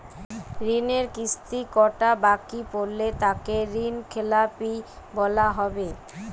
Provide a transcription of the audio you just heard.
ঋণের কিস্তি কটা বাকি পড়লে তাকে ঋণখেলাপি বলা হবে?